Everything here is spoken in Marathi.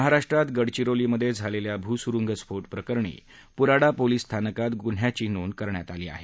महाराष्ट्रात गडचिरोलीमधे झालेल्या भू सुरूंग स्फोट प्रकरणी पुराडा पोलीस स्थानकात गुन्ह्याची नोंद करण्यात आली आहे